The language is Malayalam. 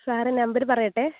സാറേ നമ്പർ പറയട്ടേ